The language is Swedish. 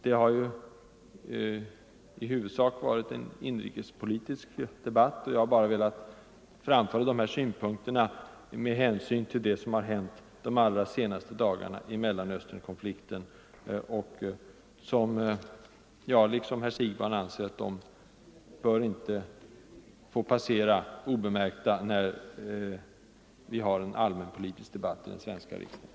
Den har i huvudsak varit inrikespolitisk, och jag har bara velat framföra de här synpunkterna med hänsyn till det som hänt på senaste tiden i Mellanösternkonflikten. Liksom herr Siegbahn anser jag att de händelserna inte bör få passera obemärkta när vi har en allmänpolitisk debatt i den svenska riksdagen.